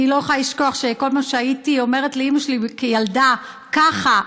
אני לא יכולה לשכוח שכל פעם שהייתי אומרת לאימא שלי כילדה: ככה,